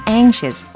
anxious